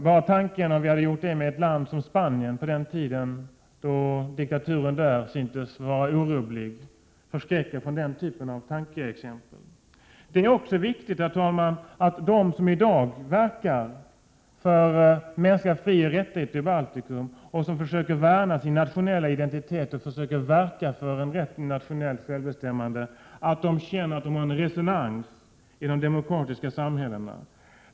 Bara tanken att vi skulle ha gjort det med ett land som Spanien på den tiden då diktaturen där syntes vara orubblig förskräcker. Det är också viktigt, herr talman, att de som i dag verkar för mänskliga frioch rättigheter i Baltikum, försöker värna om sin nationella identitet och verka för en rätt till nationellt självbestämmande känner en resonans i de demokratiska samhällena.